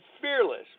fearless